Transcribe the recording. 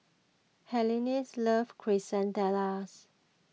Helaines loves Quesadillas